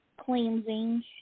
cleansing